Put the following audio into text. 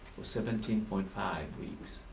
seventeen point five weeks.